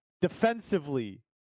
defensively